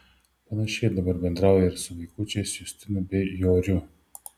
panašiai dabar bendrauja ir su vaikaičiais justinu bei joriu